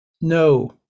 No